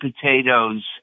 potatoes